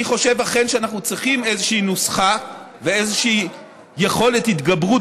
אני חושב אכן שאנחנו צריכים איזושהי נוסחה ואיזושהי יכולת התגברות,